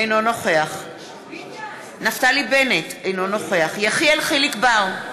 אינו נוכח נפתלי בנט, אינו נוכח יחיאל חיליק בר,